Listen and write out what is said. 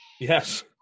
Yes